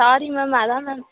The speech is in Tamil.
சாரி மேம் அதான் மேம்